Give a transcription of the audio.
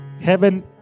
heaven